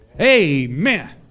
Amen